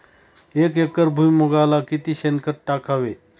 एक एकर भुईमुगाला किती शेणखत टाकावे?